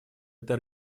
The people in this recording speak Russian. этой